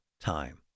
time